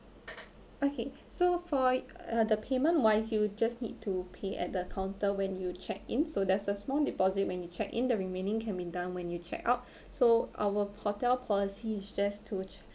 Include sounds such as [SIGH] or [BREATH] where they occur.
okay so for uh the payment wise you just need to pay at the counter when you check in so there's a small deposit when you check in the remaining can be done when you check out [BREATH] so our hotel policy is just to